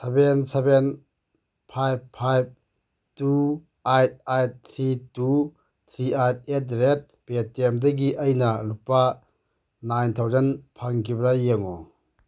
seven seven five five two eight eight three two three eight at the rate ꯄꯦ ꯇꯤ ꯑꯦꯝꯗꯒꯤ ꯑꯩꯅ ꯂꯨꯄꯥ ꯅꯥꯏꯟ ꯊꯥꯎꯖꯟ ꯐꯪꯈꯤꯕ꯭ꯔꯥ ꯌꯦꯡꯉꯨ